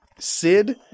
Sid